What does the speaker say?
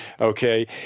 Okay